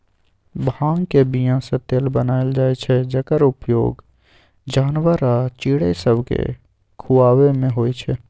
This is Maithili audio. भांगक बीयासँ तेल बनाएल जाइ छै जकर उपयोग जानबर आ चिड़ैं सबकेँ खुआबैमे होइ छै